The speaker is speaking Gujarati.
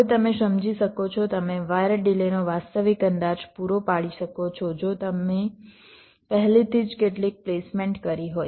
હવે તમે સમજી શકો છો તમે વાયર ડિલેનો વાસ્તવિક અંદાજ પૂરો પાડી શકો છો જો તમે પહેલેથી જ કેટલીક પ્લેસમેન્ટ કરી હોય